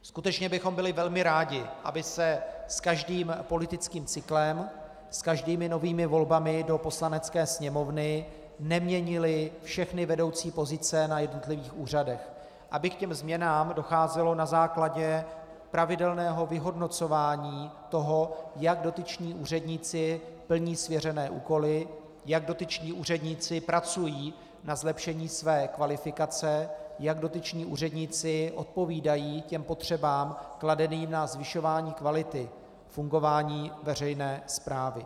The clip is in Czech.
Skutečně bychom byli velmi rádi, aby se s každým politickým cyklem, s každými novými volbami do Poslanecké sněmovny neměnily všechny vedoucí pozice na jednotlivých úřadech, aby ke změnám docházelo na základě pravidelného vyhodnocování toho, jak dotyční úředníci plní svěřené úkoly, jak dotyční úředníci pracují na zlepšení své kvalifikace, jak dotyční úředníci odpovídají potřebám kladeným na zvyšování kvality fungování veřejné správy.